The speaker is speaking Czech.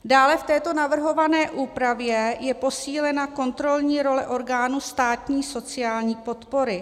Dále v této navrhované úpravě je posílena kontrolní role orgánů státní sociální podpory.